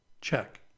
check